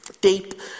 deep